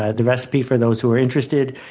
ah the recipe, for those who are interested,